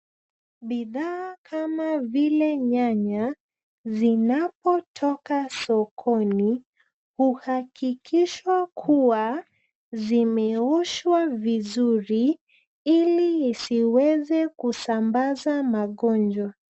Bidhaa kama vile nyanya vinapotoka sokoni, huhakikisha kuwa zimeoshwa vizuri, ili isiweze kusambaza magonjwa.